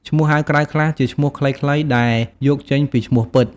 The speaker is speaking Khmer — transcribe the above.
ឈ្មោះហៅក្រៅខ្លះជាឈ្មោះខ្លីៗ ដែលយកចេញពីឈ្មោះពិត។